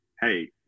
hey